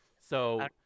So-